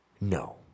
no